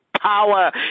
power